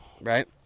right